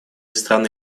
страны